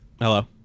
Hello